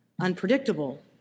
unpredictable